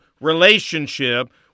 relationship